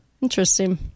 Interesting